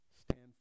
Stand